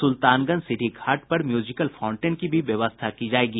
सुल्तानगंज सीढ़ी घाट पर म्यूजिकल फाउंटेन की व्यवस्था की जाएगी